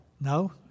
No